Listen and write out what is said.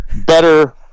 better